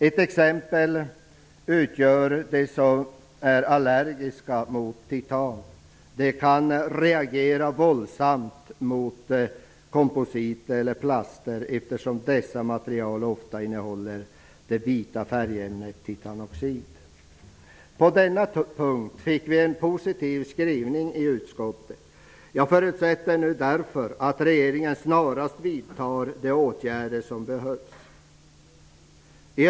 Ett exempel utgör de patienter som är allergiska mot titan. De kan reagera våldsamt mot kompositer eller plaster, eftersom dessa material ofta innehåller det vita färgämnet titandioxid. På denna punkt fick vi en positiv skrivning i betänkandet. Jag förutsätter därför att regeringen snarast vidtar de åtgärder som behövs vidtas.